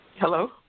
Hello